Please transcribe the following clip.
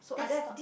desktop